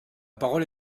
parole